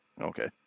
Okay